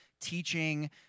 teaching